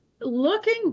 Looking